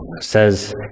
says